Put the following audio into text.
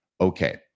Okay